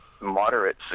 moderate